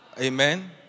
Amen